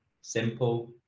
simple